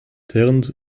turned